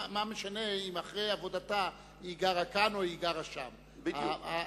מה משנה אם אחרי עבודתה היא גרה שם או גרה שם?